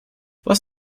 was